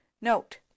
NOTE